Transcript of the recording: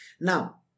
Now